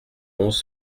onze